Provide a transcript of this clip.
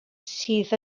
sydd